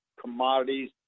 commodities